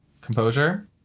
Composure